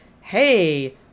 hey